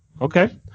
Okay